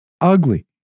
Ugly